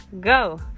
go